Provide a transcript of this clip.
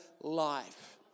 life